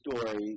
story